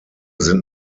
sind